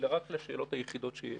אלא לשאלות היחידות שיש,